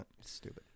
Stupid